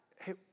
hey